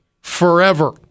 forever